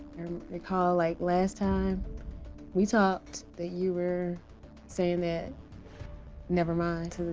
recall, like, last time we talked that you were saying that never mind to